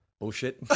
bullshit